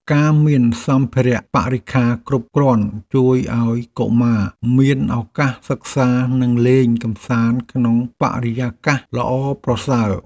ការមានសម្ភារៈបរិក្ខារគ្រប់គ្រាន់ជួយឱ្យកុមារមានឱកាសសិក្សានិងលេងកម្សាន្តក្នុងបរិយាកាសល្អប្រសើរ។